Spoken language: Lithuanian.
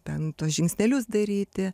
bent tuos žingsnelius daryti